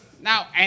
Now